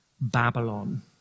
Babylon